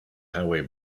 highway